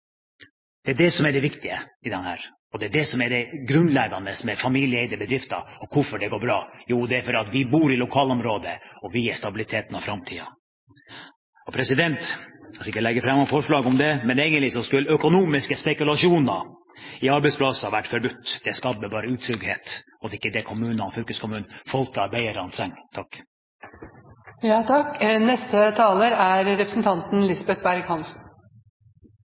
det er dem vi kan stole på. Det er det som er det viktige her, og det er det som er det grunnleggende med familieeide bedrifter. Og hvorfor går det bra? Jo, det er fordi vi bor i lokalområdet, og vi er stabiliteten og framtiden. Nå skal jeg ikke legge fram noe forslag om det, men egentlig skulle økonomiske spekulasjoner i arbeidsplasser vært forbudt. Det skaper bare utrygghet, og det er ikke det kommunene og fylkeskommunen, folket og arbeiderne trenger. Takk.